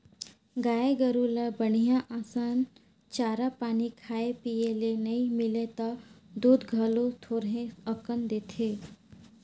गाय गोरु ल बड़िहा असन चारा पानी खाए पिए ले नइ मिलय त दूद घलो थोरहें अकन देथे